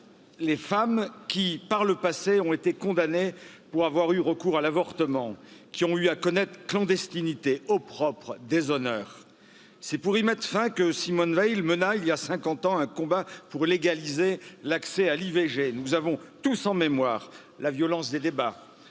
les femmes qui, par le passé, ont été condamnées pour avoir eu recours à l'avortement, qui ont eu à connaître clandestinité, au propre des honneurs, c'est pour y mettre fin que Simone Veil mena, il y a 50 ans combat pour légaliser l'accès à l'ivg nous avons tous en mémoire la violence des débats,